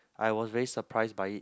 I was very surprised by it